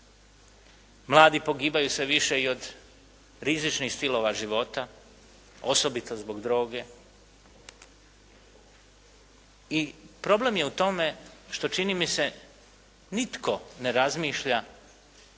Mladi pogibaju sve više i od rizičnih stilova života osobito zbog droge i problem je u tome što čini mi se nitko ne razmišlja